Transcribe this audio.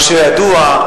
מה שידוע,